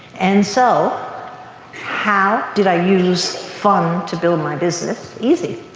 and so how did i use fun to build my business? easy.